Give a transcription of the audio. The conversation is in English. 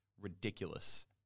ridiculous